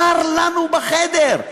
קר לנו בחדר.